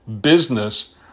business